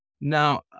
Now